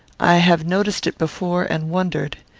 i have noticed it before, and wondered.